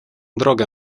drogę